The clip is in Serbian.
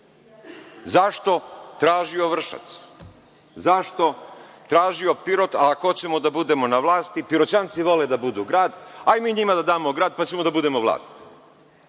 Zašto? Tražio Vršac. Zašto? Tražio Pirot, a ako hoćemo da budemo na vlasti, Piroćanci vole da budu grad, hajde mi njima da damo grad, pa ćemo da budemo na vlasti.